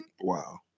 Wow